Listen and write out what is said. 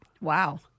Wow